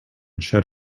shed